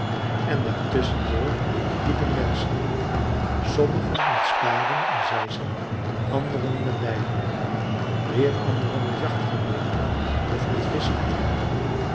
en daartusschen door liepen menschen sommige met spaden en zeisen andere met bijlen weer andere met jachtgeweren of met vischnetten